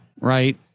right